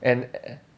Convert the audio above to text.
and